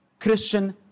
Christian